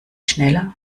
schneller